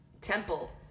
Temple